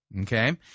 Okay